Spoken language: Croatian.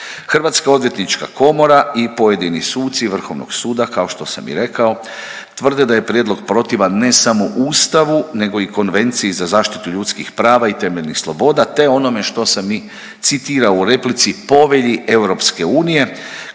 Hrvatska odvjetnička komora i pojedini suci Vrhovnog suda kao što sam i rekao tvrde da je prijedlog protivan ne samo Ustavu, nego i konvenciji za zaštitu ljudskih prava i temeljnih sloboda te onome što sam i citirao u replici Povelji Europske unije